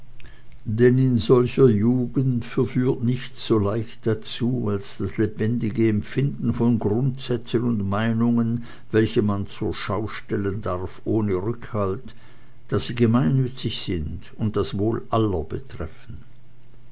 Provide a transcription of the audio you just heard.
denn in solcher jugend verführt nichts so leicht dazu als das lebendige empfinden von grundsätzen und meinungen welche man zur schau stellen darf ohne rückhalt da sie gemeinnützig sind und das wohl aller betreffen